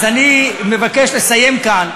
אני מבקש לסיים כאן.